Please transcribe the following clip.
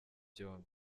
byombi